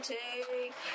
take